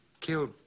killed